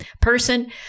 person